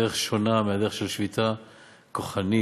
דרך שונה מהדרך של שביתה כוחנית,